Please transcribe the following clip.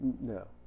No